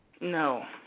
No